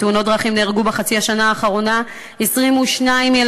בתאונות דרכים נהרגו בחצי השנה האחרונה 22 ילדים,